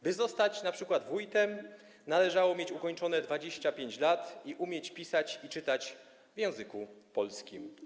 By zostać np. wójtem, należało mieć ukończone 25 lat i umieć pisać i czytać w języku polskim.